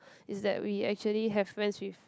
is that we actually have friends with